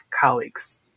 colleagues